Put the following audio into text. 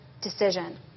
decision